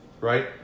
right